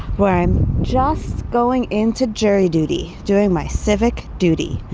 where i'm just going into jury duty, doing my civic duty.